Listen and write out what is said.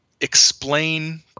explain